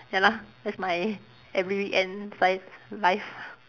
ya lah that's my every weekend life